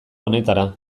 honetara